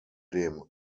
dem